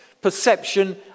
perception